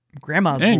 grandma's